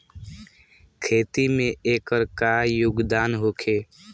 खेती में एकर का योगदान होखे?